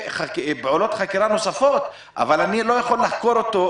פעולות חקירה נוספות אבל אני לא יכול לחקור אותו,